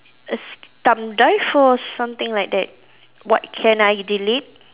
a thumb drive or something like that what can I delete